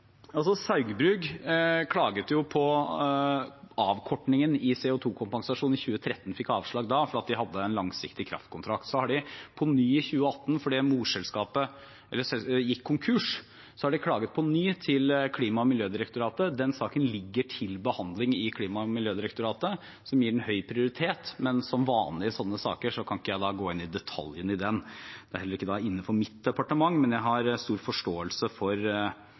klaget på avkortningen i CO 2 -kompesasjonen i 2013. De fikk avslag da fordi de hadde en langsiktig kraftkontrakt. Så klaget de på ny i 2018, fordi morselskapet gikk konkurs, til Miljødirektoratet. Den saken ligger til behandling hos Miljødirektoratet, som gir den høy prioritet, men som vanlig i sånne saker, kan jeg ikke gå inn i detaljene i den. Dette er heller ikke innenfor mitt departement, men jeg har stor forståelse for